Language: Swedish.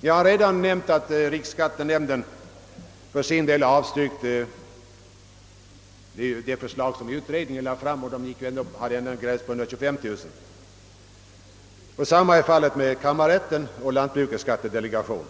Jag har redan nämnt att riksskattenämnden avstyrkte det förslag som utredningen lade fram, och det hade ändå en gräns vid 125 000 kronor. Detsamma är fallet med kammarrätten och Lantbrukets skattedelegation.